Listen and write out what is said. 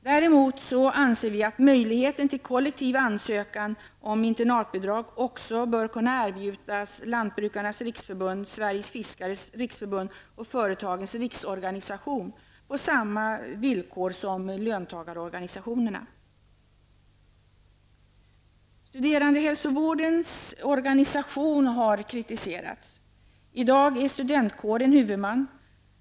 Däremot anser vi att möjligheten till kollektiv ansökan om internatbidrag också bör kunna erbjudas Lantbrukarnas riksförbund, Sveriges Fiskares riksförbund och Företagens riksorganisation på samma villkor som löntagarorganisationerna. Studerandehälsovårdens organisation har kritiserats. I dag är studentkåren huvudman.